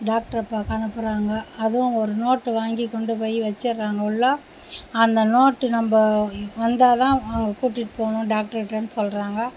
டாக்டரை பார்க்க அனுப்புகிறாங்க அதுவும் ஒரு நோட்டு வாங்கி கொண்டு போயி வச்சிடறாங்க உள்ளே அந்த நோட்டு நம்ம வந்தால்தான் உங்கள கூட்டிட்டு போணும் டாக்டர்கிட்டனு சொல்கிறாங்க